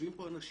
יושבים פה אנשים